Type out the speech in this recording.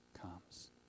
comes